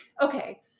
Okay